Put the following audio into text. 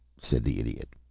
said the idiot.